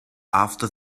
after